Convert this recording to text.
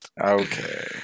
Okay